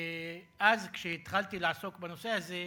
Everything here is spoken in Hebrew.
אז, כשהתחלתי לעסוק בנושא הזה,